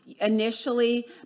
initially